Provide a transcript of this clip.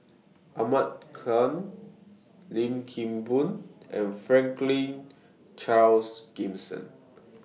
Ahmad Khan Lim Kim Boon and Franklin Charles Gimson